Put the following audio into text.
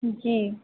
जी